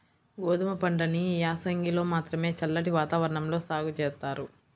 గోధుమ పంటని యాసంగిలో మాత్రమే చల్లటి వాతావరణంలో సాగు జేత్తారు